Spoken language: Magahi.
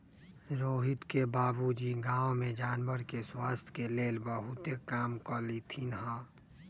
रोहित के बाबूजी गांव में जानवर के स्वास्थ के लेल बहुतेक काम कलथिन ह